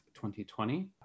2020